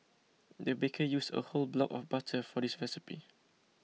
the baker used a whole block of butter for this recipe